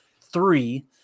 three